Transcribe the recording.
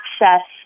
access